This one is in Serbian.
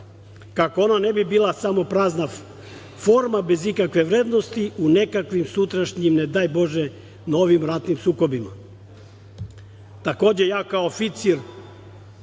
kako ona ne bi bila samo prazna forma bez ikakve vrednosti u nekakvim sutrašnjim, ne daj Bože, novim ratnim sukobima. Takođe, kao oficir